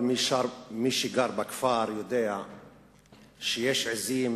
כל מי שגר בכפר יודע שיש עזים